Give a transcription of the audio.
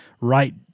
right